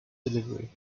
delivery